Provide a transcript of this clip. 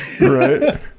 Right